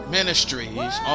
Ministries